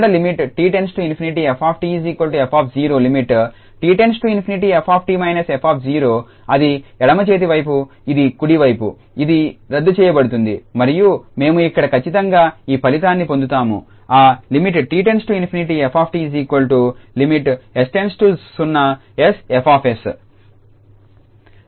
limit t →∞𝑓𝑡−𝑓 అది ఎడమ చేతి వైపు ఇది కుడి వైపు ఇది రద్దు చేయబడుతుంది మరియు మేము ఇక్కడ ఖచ్చితంగా ఈ ఫలితాన్ని పొందుతాము ఆ లిమిట్ 𝑡→∞𝑓𝑡లిమిట్ 𝑠→0𝑠F𝑠